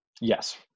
Yes